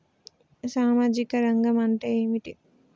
సామాజిక రంగం అంటే ఏమిటి?